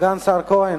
סגן השר יצחק כהן,